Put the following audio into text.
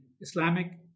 Islamic